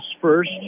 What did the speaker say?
first